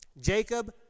Jacob